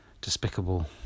despicable